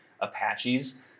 Apaches